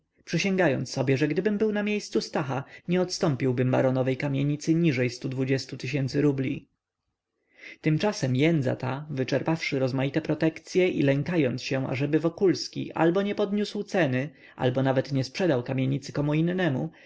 przysięgając sobie że gdybym był na miejscu stacha nie odstąpiłbym baronowej kamienicy niżej stu dwudziestu tysięcy rubli tymczasem jędza ta wyczerpawszy rozmaite protekcye i lękając się ażeby wokulski albo nie podniósł ceny albo nawet nie sprzedał kamienicy